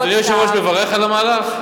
אדוני היושב-ראש מברך על המהלך?